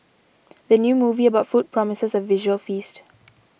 the new movie about food promises a visual feast